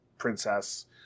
Princess